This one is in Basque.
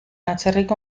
atzerriko